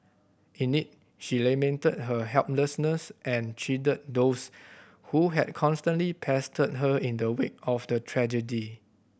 in it she lamented her helplessness and chided those who had constantly pestered her in the wake of the tragedy